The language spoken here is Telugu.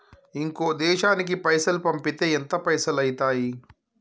ఇంకో దేశానికి పైసల్ పంపితే ఎంత పైసలు అయితయి?